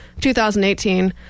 2018